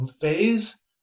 phase